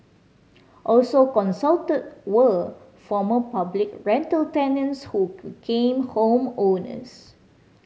also consulted were former public rental tenants who became home owners